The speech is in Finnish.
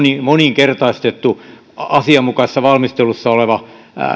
moninkertaistettu asianmukaisessa valmistelussa oleva